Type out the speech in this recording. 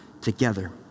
together